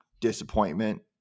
disappointment